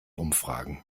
umfragen